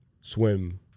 swim